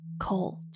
cold